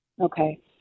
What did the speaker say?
Okay